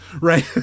right